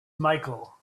michael